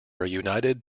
united